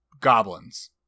goblins